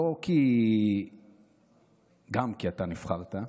גם כי אתה נבחרת,